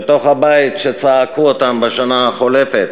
בתוך הבית, שצעקו אותן בשנה החולפת.